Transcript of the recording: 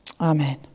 Amen